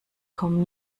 kommen